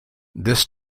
this